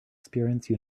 experience